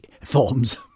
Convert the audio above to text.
forms